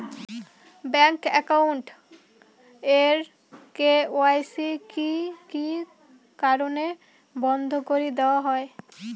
Bank account এর KYC কি কি কারণে বন্ধ করি দেওয়া হয়?